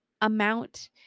amount